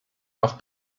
noch